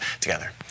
together